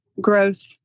growth